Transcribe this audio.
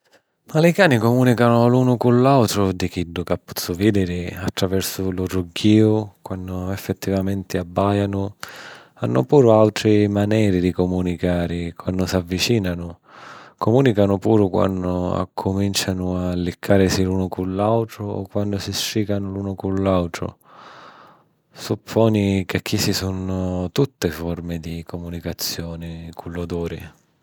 Ma li cani cumùnicanu l'unu cu l'àutru, di chiddu ca pozzu vìdiri, attraversu lu rugghiu, quannu effettivamenti abbàianu... Hannu puru àutri maneri di cumunicari quannu s'avvicìnanu. Cumùnicanu puru quannu accumìncianu a liccàrisi l'unu cu l'àutru o quannu si strìcanu l'unu cu l'àutru. Supponi ca chisti sunno tutte forme di cumunicazioni cu l'oduri.